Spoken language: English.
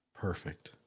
Perfect